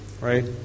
Right